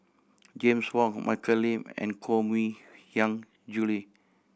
James Wong Michelle Lim and Koh Mui Hiang Julie